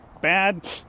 bad